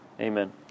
Amen